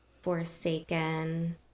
Forsaken